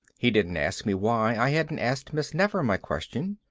he didn't ask me why i hadn't asked miss nefer my question.